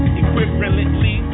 equivalently